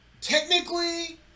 technically